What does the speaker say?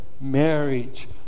marriage